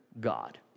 God